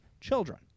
children